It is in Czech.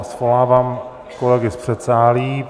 Svolávám kolegy z předsálí.